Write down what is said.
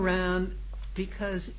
around because